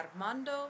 Armando